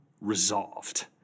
resolved